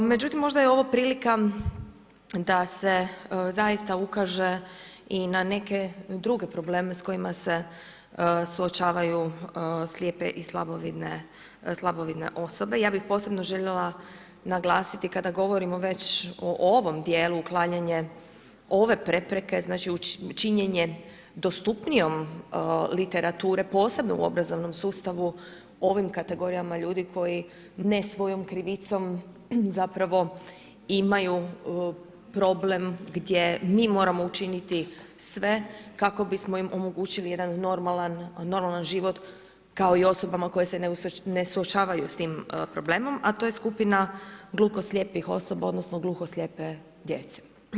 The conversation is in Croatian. Međutim, možda je ovo prilika da se zaista ukaže i na neke druge probleme s kojima se suočavaju slijepe i slabovidne osobe, ja bih posebno željela naglasiti, kada govorimo već o ovom djelu uklanjanje ove prepreke, znači činjenje dostupnijom literature posebno u obrazovnom sustavu ovim kategorijama ljudi koji ne svojom krivicom zapravo imaju problem gdje mi moramo učiniti sve kako bismo im omogućili jedan normalan život kao i osobama koje se ne suočavaju s tim problemom, a to je skupina gluho-slijepih osoba odnosno gluho-slijepe djece.